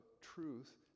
truth